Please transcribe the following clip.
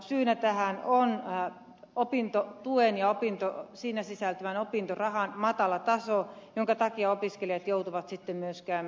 syynä tähän on opintotuen ja siihen sisältyvän opintorahan matala taso jonka takia opiskelijat joutuvat myös käymään töissä